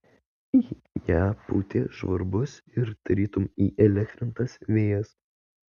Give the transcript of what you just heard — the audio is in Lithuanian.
į ją pūtė žvarbus ir tarytum įelektrintas vėjas